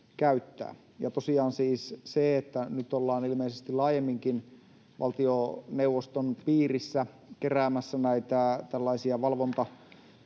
puheenvuoro käyttää. Nyt ollaan ilmeisesti laajemminkin valtioneuvoston piirissä keräämässä näitä tällaisia valvonta-,